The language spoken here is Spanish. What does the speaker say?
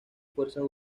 fuerzas